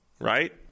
Right